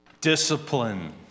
Discipline